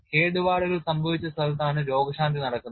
കേടുപാടുകൾ സംഭവിച്ച സ്ഥലത്താണ് രോഗശാന്തി നടക്കുന്നത്